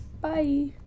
bye